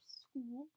school